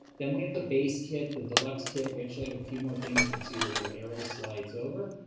then we have the base kit, the deluxe kit, we actually have a few more things, you can see the little arrow slides over.